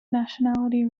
nationality